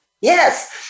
Yes